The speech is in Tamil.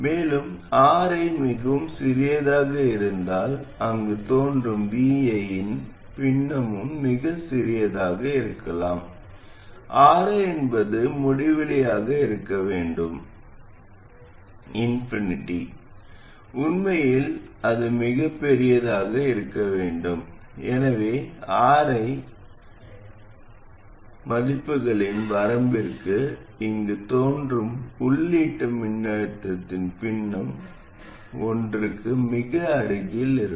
மேலும் Ri மிகவும் சிறியதாக இருந்தால் அங்கு தோன்றும் vi இன் பின்னமும் மிகச் சிறியதாக இருக்கலாம் Ri என்பது முடிவிலியாக இருக்க வேண்டும் உண்மையில் அது மிகப் பெரியதாக இருக்க வேண்டும் எனவே Ri மதிப்புகளின் வரம்பிற்கு இங்கு தோன்றும் உள்ளீட்டு மின்னழுத்தத்தின் பின்னம் ஒன்றுக்கு மிக அருகில் இருக்கும்